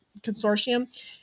Consortium